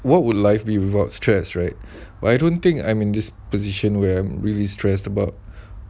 what would life be without stress right but I don't think I'm in this position where I am really stressed about